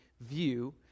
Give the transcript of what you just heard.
view